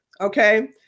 Okay